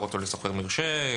אותו אנחנו מתקנים כאן בעצם היום.